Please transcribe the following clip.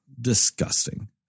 Disgusting